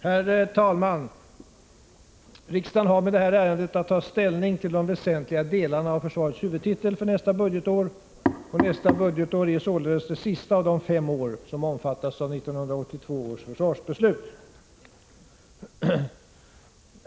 Herr talman! Riksdagen har med detta ärende att ta ställning till de väsentliga delarna av försvarets huvudtitel för nästa budgetår. Nästa budgetår är således det sista av de fem år som omfattas av 1982 års försvarsbeslut.